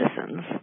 citizens